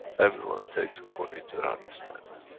everyone takes according to their understanding.